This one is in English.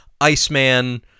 Iceman